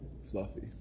fluffy